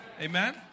Amen